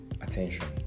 attention